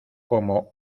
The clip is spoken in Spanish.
como